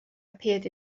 appeared